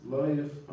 life